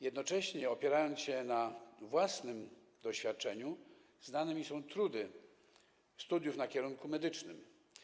Jednocześnie - opieram się na własnym doświadczeniu - znane mi są trudy studiów na kierunku medycznym.